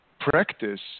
practice